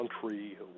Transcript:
country